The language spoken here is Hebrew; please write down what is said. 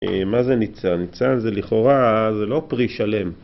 מה זה ניצל? ניצל זה לכאורה זה לא פרי שלם.